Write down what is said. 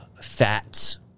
fats